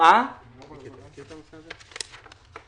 אני מברך על היוזמה לקיים את הדיון הזה.